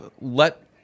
let